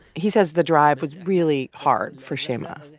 he says the drive was really hard for shaima,